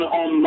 on